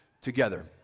together